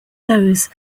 those